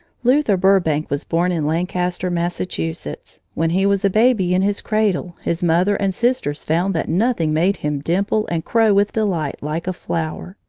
luther burbank was born in lancaster, massachusetts. when he was a baby in his cradle, his mother and sisters found that nothing made him dimple and crow with delight like a flower.